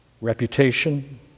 reputation